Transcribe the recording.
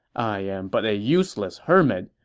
i am but a useless hermit.